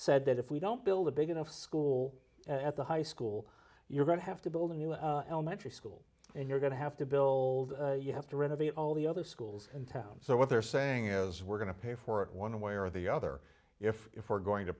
said that if we don't build a big enough school at the high school you're going to have to build a new elementary school and you're going to have to build you have to renovate all the other schools in town so what they're saying is we're going to pay for it one way or the other if we're going to